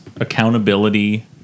Accountability